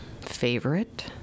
favorite